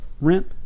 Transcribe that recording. rent